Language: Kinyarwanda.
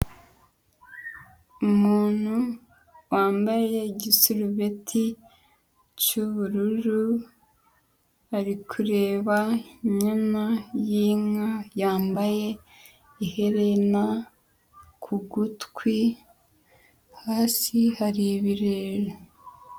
Umuntu wambaye igisurubeti cy'ubururu, ari kureba inyana y'inka yambaye iherena ku gutwi, hasi hari ibirere.